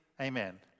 amen